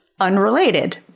unrelated